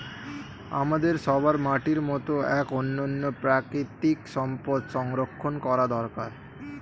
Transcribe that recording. আমাদের সবার মাটির মতো এক অনন্য প্রাকৃতিক সম্পদ সংরক্ষণ করা দরকার